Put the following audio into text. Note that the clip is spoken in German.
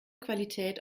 qualität